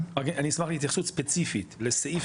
רק אני אשמח להתייחסות ספציפית לסעיף